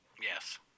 yes